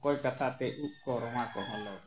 ᱚᱠᱚᱭ ᱠᱟᱛᱷᱟ ᱛᱮ ᱩᱵ ᱠᱚ ᱨᱩᱣᱟ ᱠᱚᱦᱚᱸ ᱞᱚ ᱜᱚᱫᱚᱜᱼᱟ